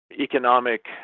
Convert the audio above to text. economic